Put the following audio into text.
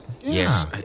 Yes